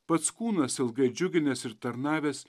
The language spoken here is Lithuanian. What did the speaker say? pats kūnas ilgai džiuginęs ir tarnavęs